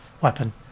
weapon